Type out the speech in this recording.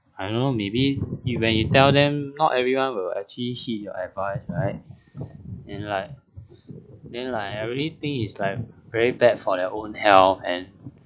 I don't know maybe you when you tell them not everyone will actually heed your advice right and like then like I really think is like very bad for their own health and